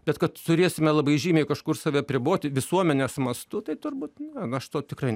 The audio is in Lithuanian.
bet kad turėsime labai žymiai kažkur save apriboti visuomenės mastu tai turbūt ne nu aš to tikrai ne